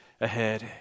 ahead